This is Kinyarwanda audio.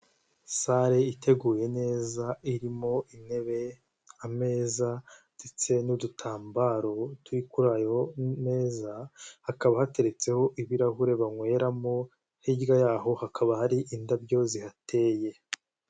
Sare iteguye neza irimo intebe, ameza ndetse n'udutambaro turi kuri ayo meza, hakaba hateretseho ibirahure banyweramo, hirya y'aho hakaba hari indabyo zihateye.